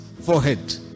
forehead